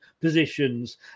positions